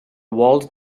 walled